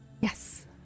Yes